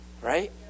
Right